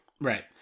right